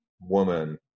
woman